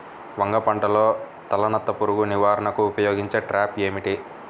వంగ పంటలో తలనత్త పురుగు నివారణకు ఉపయోగించే ట్రాప్ ఏది?